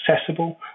accessible